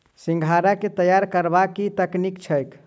सिंघाड़ा केँ तैयार करबाक की तकनीक छैक?